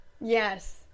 Yes